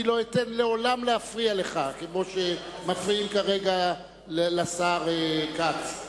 אני לא אתן לעולם להפריע לך כמו שמפריעים כרגע לשר כץ.